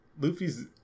Luffy's